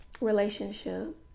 relationship